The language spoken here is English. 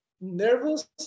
nervous